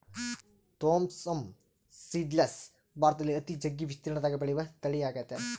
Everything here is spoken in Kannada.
ಥೋಮ್ಸವ್ನ್ ಸೀಡ್ಲೆಸ್ ಭಾರತದಲ್ಲಿ ಅತಿ ಜಗ್ಗಿ ವಿಸ್ತೀರ್ಣದಗ ಬೆಳೆಯುವ ತಳಿಯಾಗೆತೆ